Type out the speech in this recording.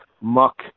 muck